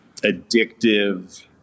addictive